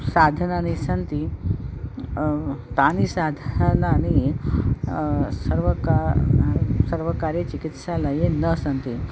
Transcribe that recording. साधनानि सन्ति तानि साधानानि सर्वका सर्वकारचिकित्सालये न सन्ति